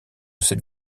cette